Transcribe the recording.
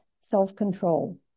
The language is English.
self-control